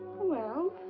well,